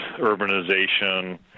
urbanization